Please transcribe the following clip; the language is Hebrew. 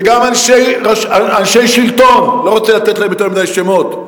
וגם אנשי שלטון, לא רוצה לתת יותר מדי שמות,